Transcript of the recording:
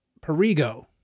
Perigo